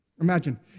Imagine